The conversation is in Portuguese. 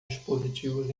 dispositivos